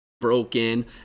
broken